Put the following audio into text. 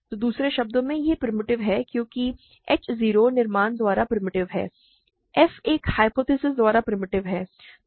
तो दूसरे शब्दों में यह प्रिमिटिव है क्योंकि h 0 निर्माण द्वारा प्रिमिटिव है f एक ह्य्पोथेसिस द्वारा प्रिमिटिव है